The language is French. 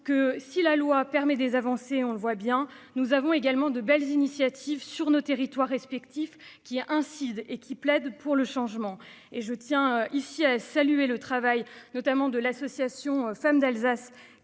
que si la loi permet des avancées. On le voit bien. Nous avons également de belles initiatives sur nos territoires respectifs qui a un inside et qui plaide pour le changement et je tiens ici à saluer le travail notamment de l'association Femmes d'Alsace